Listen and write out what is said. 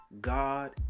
God